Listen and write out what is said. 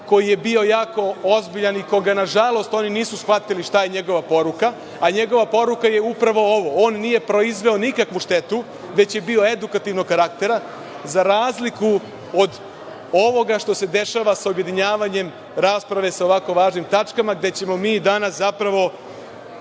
koji je bio jako ozbiljan i koga nažalost oni nisu shvatili šta je njegova poruka. A njegova poruka je upravo ovo, on nije proizveo nikakvu štetu, već je bio edukativnog karaktera za razliku od ovoga što se dešava sa objedinjavanjem rasprave sa ovako važnim tačkama, gde ćemo mi danas zapravo